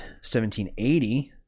1780